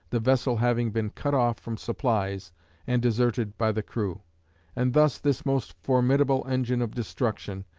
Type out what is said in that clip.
the vessel having been cut off from supplies and deserted by the crew and thus this most formidable engine of destruction,